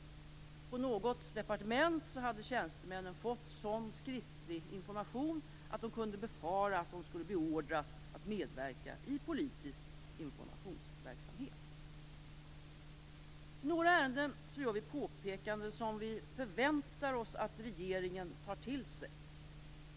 På något departement hade tjänstemännen fått sådan skriftlig information att de kunde befara att de skulle beordras att medverka i politisk informationsverksamhet. I några ärenden gör vi påpekanden som vi förväntar oss att regeringen tar till sig.